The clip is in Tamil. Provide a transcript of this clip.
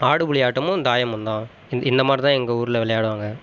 ஆடுபுலி ஆட்டமும் தாயமும் தான் இந் இந்தமாதிரி தான் எங்கள் ஊரில் விளையாடுவாங்கள்